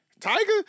Tiger